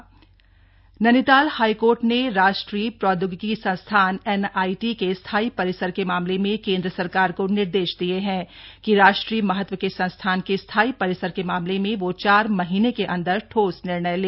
high court NIT Nainital high court ने राष्ट्रीय प्रौद्योगिकी संस्थान एनआईटी के स्थायी परिसर के मामले में केन्द्र सरकार को निर्देश दिये हैं कि राष्ट्रीय महत्व के संस्थान के स्थायी परिसर के मामले में वह चार महीने के अंदर ठोस निर्णय ले